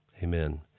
Amen